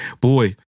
Boy